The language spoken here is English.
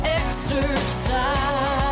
exercise